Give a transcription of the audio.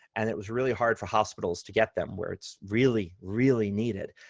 and it was really hard for hospitals to get them where it's really, really needed.